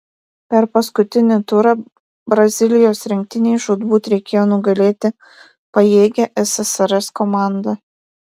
per paskutinį turą brazilijos rinktinei žūtbūt reikėjo nugalėti pajėgią ssrs komandą